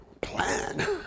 Plan